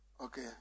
Okay